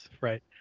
right